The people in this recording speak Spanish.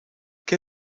qué